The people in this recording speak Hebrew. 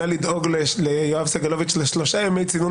נא לדאוג ליואב סגלוביץ' לשלושה ימי צינון